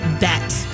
bet